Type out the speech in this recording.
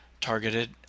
Targeted